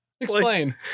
explain